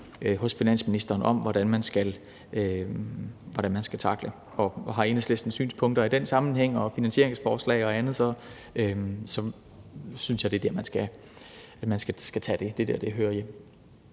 hos finansministeren af, altså hvordan man skal tackle det. Har Enhedslisten synspunkter i den sammenhæng og finansieringsforslag og andet, synes jeg at det er der, man skal tage det. Det er der, det hører